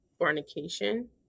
fornication